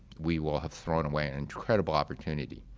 we will have thrown away an incredible opportunity.